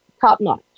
top-notch